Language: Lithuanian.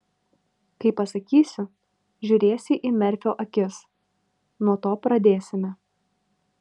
kai pasakysiu žiūrėsi į merfio akis nuo to pradėsime